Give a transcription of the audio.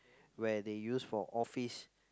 where they use for office